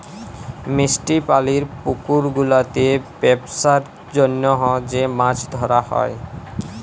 মিষ্টি পালির পুকুর গুলাতে বেপসার জনহ যে মাছ ধরা হ্যয়